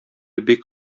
бик